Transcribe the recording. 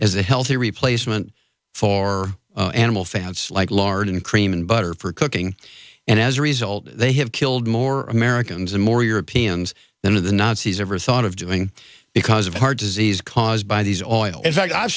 as a healthy replacement for animal fans like lard and cream and butter for cooking and as a result they have killed more americans and more europeans than of the nazis ever thought of doing because of heart disease caused by these oil in fact i've